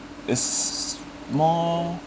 is more